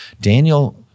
Daniel –